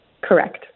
Correct